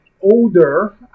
older